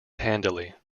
handily